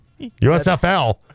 USFL